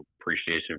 appreciation